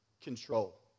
control